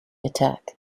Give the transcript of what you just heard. attack